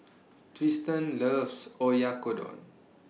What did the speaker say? Trystan loves Oyakodon